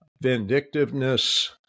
vindictiveness